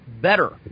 better